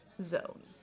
zone